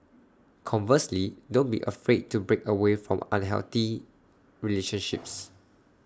conversely don't be afraid to break away from unhealthy relationships